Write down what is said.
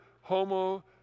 homo